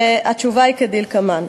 והתשובה היא כדלקמן: